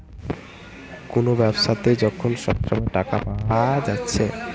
কুনো ব্যাবসাতে যখন সব সময় টাকা পায়া যাচ্ছে